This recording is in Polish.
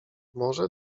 może